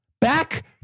Back